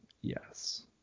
yes